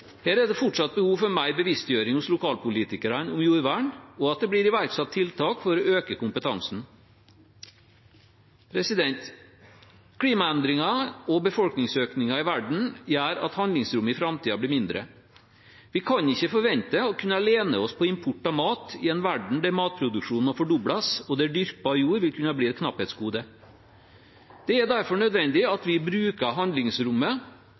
Her er det fortsatt behov for mer bevisstgjøring hos lokalpolitikerne om jordvern, og at det blir iverksatt tiltak for å øke kompetansen. Klimaendringer og befolkningsøkningen i verden gjør at handlingsrommet i framtiden blir mindre. Vi kan ikke forvente å kunne lene oss på import av mat i en verden der matproduksjonen må fordobles, og der dyrkbar jord vil kunne bli et knapphetsgode. Det er derfor nødvendig at vi bruker handlingsrommet